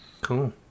Cool